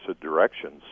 directions